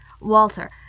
Walter